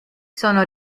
sono